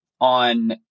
On